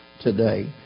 today